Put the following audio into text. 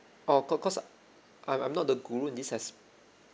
orh cause cause I'm I'm not the guru in this as